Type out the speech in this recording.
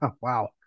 wow